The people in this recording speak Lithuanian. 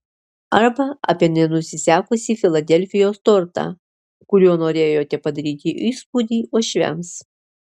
arba apie nenusisekusį filadelfijos tortą kuriuo norėjote padaryti įspūdį uošviams